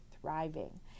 thriving